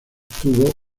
tuvo